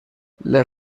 les